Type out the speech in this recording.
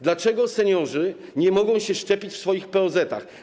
Dlaczego seniorzy nie mogą się szczepić w swoich POZ?